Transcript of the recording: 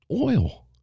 oil